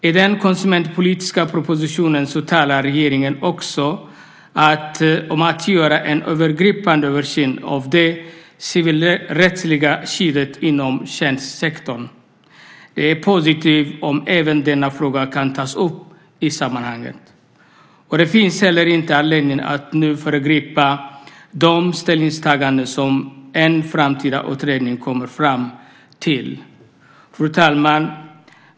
I den konsumentpolitiska propositionen talar regeringen också om att göra en övergripande översyn av det civilrättsliga skyddet inom tjänstesektorn. Det är positivt om även denna fråga kan tas upp i sammanhanget. Det finns inte heller anledning att nu föregripa de ställningstaganden som en framtida utredning kommer fram till. Fru talman!